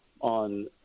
on